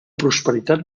prosperitat